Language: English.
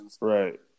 Right